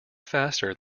faster